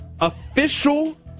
Official